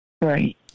Right